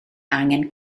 angen